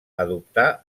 adoptar